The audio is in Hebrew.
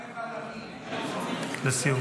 לסיום.